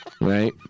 right